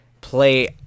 play